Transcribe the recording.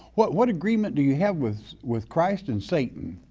what what agreement do you have with with christ and satan?